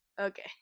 Okay